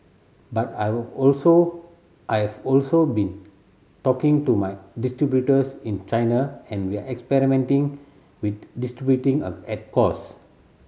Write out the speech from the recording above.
but I've also I've also been talking to my distributors in China and we're experimenting with distributing a at cost